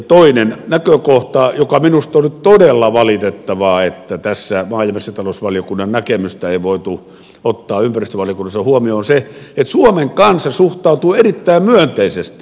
toinen näkökohta ja minusta on nyt todella valitettavaa että tässä maa ja metsätalousvaliokunnan näkemystä ei voitu ottaa ympäristövaliokunnassa huomioon on se että suomen kansa suhtautuu erittäin myönteisesti